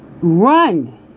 run